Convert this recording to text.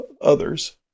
others